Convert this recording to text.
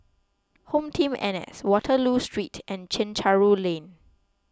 HomeTeam N S Waterloo Street and Chencharu Lane